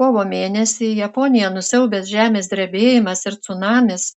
kovo mėnesį japoniją nusiaubęs žemės drebėjimas ir cunamis